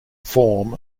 form